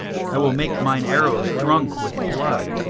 i will make mine arrows drunk with blood,